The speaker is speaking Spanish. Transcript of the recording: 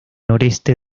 noreste